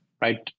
right